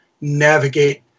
navigate